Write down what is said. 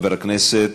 חבר הכנסת,